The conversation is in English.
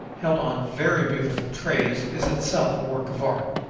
held on very beautiful trays, is itself a work of art.